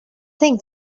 think